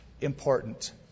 important